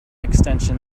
extension